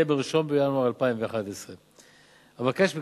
תהיה ב-1 בינואר 2011. אבקש מכם,